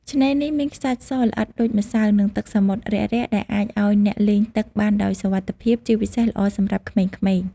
ឆ្នេរនេះមានខ្សាច់សល្អិតដូចម្សៅ និងទឹកសមុទ្ររាក់ៗដែលអាចឲ្យអ្នកលេងទឹកបានដោយសុវត្ថិភាព ជាពិសេសល្អសម្រាប់ក្មេងៗ។